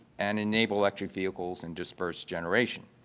and enable electric vehicles and disburse generation.